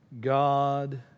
God